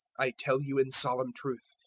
i tell you in solemn truth,